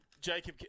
Jacob